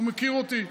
הוא מכיר אותי,